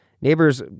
neighbors